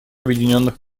объединенных